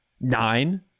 Nine